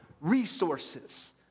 resources